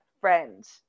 friend